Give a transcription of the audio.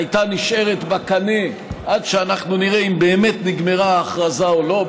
הייתה נשארת בקנה עד שאנחנו נראה אם באמת נגמרה ההכרזה או לא.